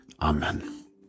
Amen